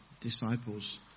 disciples